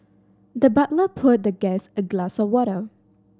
the butler poured the guest a glass of water